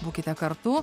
būkite kartu